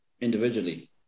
individually